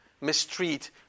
mistreat